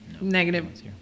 Negative